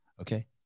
Okay